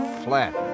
flat